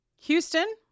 Houston